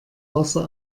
wasser